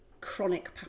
chronic